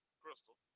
crystal